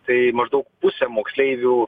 tai maždaug pusė moksleivių